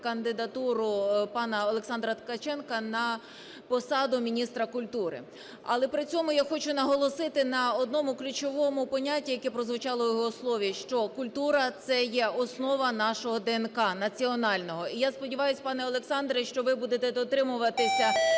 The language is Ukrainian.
кандидатуру пана Олександра Ткаченка на посаду міністра культури. Але при цьому я хочу наголосити на одному ключовому понятті, яке прозвучало в його слові, що культура – це є основа нашого ДНК, національного. І я сподіваюсь, пане Олександре, що ви будете дотримуватися